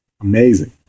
amazing